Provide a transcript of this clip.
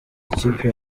ikipe